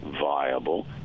viable